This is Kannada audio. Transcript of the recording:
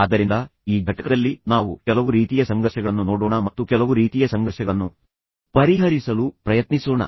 ಆದ್ದರಿಂದ ಈ ಘಟಕದಲ್ಲಿ ನಾವು ಕೆಲವು ರೀತಿಯ ಸಂಘರ್ಷಗಳನ್ನು ನೋಡೋಣ ಮತ್ತು ಕೆಲವು ರೀತಿಯ ಸಂಘರ್ಷಗಳನ್ನು ಅವರು ಪರಿಹರಿಸಲು ಪ್ರಯತ್ನಿಸುವುದನ್ನ ನೋಡೋಣ